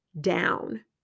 down